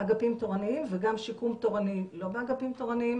אגפים תורניים וגם שיקום תורני לא באגפים תורניים